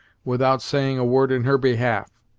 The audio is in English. without saying a word in her behalf.